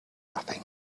nothing